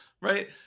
Right